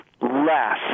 less